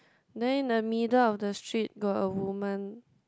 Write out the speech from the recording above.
then the middle of the street got a woman